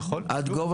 הוא יכול.